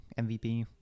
MVP